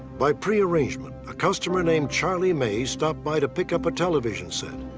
by prearrangement, a customer named charlie mays stopped by to pick up a television set.